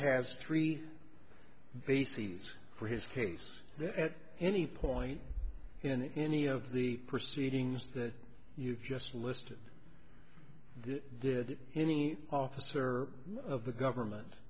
has three bases for his case at any point in any of the proceedings that you just listed did any officer of the government